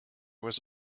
was